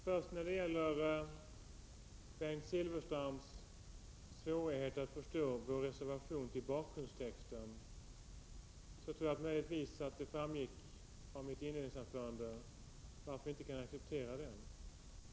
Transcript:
Herr talman! Bengt Silfverstrand har svårt att förstå vår reservation till bakgrundstexten. Möjligtvis framgick det av mitt inledningsanförande att vi inte kan acceptera den.